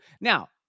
Now